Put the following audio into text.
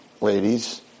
ladies